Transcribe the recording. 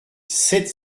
sept